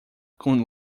com